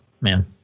man